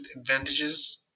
advantages